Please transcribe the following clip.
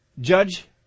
judge